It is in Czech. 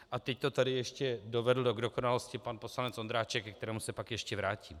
A teď to tady ještě dovedl k dokonalosti pan poslanec Ondráček, ke kterému se pak ještě vrátím.